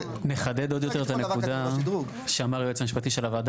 נחדד עוד יותר את הנקודה שאמר היועץ המשפטי של הוועדה.